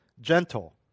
gentle